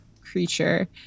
creature